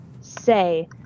say